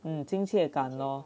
很亲切感 lor